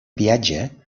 viatge